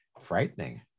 frightening